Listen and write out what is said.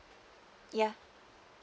yeah